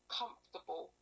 comfortable